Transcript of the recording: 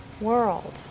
world